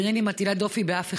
אינני מטילה דופי באף אחד,